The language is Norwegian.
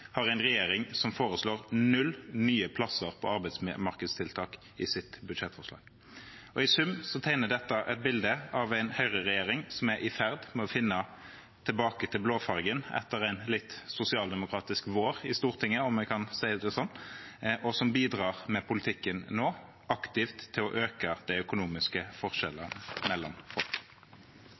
har en regjering som foreslår null nye plasser på arbeidsmarkedstiltak i sitt budsjettforslag. I sum tegner dette et bilde av en høyreregjering som er i ferd med å finne tilbake til blåfargen etter en litt sosialdemokratisk vår i Stortinget – om vi kan si det sånn – og som med politikken nå bidrar aktivt til å øke de økonomiske forskjellene mellom folk.